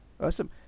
Awesome